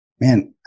Man